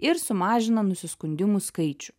ir sumažina nusiskundimų skaičių